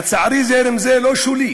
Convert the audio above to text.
לצערי, זרם זה לא שולי